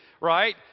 right